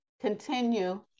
continue